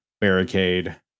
barricade